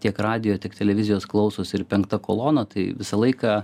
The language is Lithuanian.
tiek radijo tik televizijos klausosi ir penkta kolona tai visą laiką